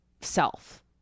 self